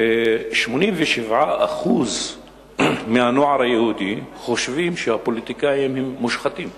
87% מהנוער היהודי חושבים שהפוליטיקאים הם מושחתים,